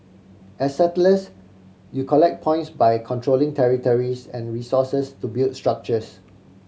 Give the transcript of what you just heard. as settlers you collect points by controlling territories and resources to build structures